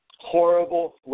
horrible